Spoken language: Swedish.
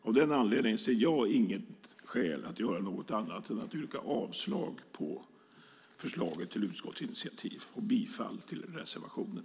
Av den anledningen ser jag inget skäl att göra något annat än att yrka avslag på förslaget till utskottsinitiativ och bifall till reservationen.